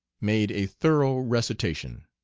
made a thorough recitation.